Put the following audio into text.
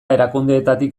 erakundeetatik